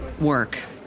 work